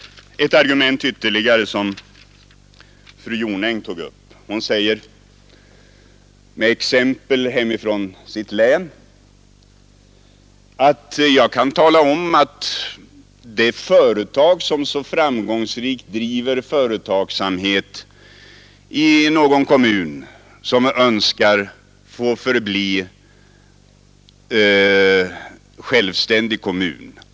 Fru Jonäng anförde ytterligare ett argument. Med ett exempel från sitt hemlän talade hon om att företag i kommuner som framgångsrikt driver företagsamhet önskar att kommunerna i fråga skall få förbli självständiga.